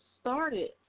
started